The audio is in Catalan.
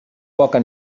poca